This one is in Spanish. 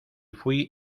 fui